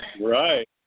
right